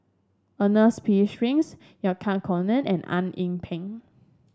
Ernest P Shanks Yahya Cohen and Eng Yee Peng